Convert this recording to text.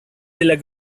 della